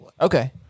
Okay